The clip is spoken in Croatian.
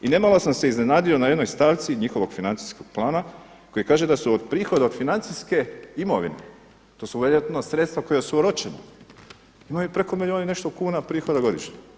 I nemalo sam se iznenadio na jednoj stavci njihovog financijskog plana koji kaže da su od prihoda od financijske imovine, to su vjerojatno sredstva koja su oročena, imaju preko milijun i nešto kuna prihoda godišnje.